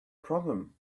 problem